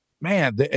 man